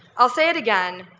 i'll say it again,